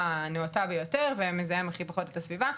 הנאותה ביותר והכי פחות מזהם את הסביבה,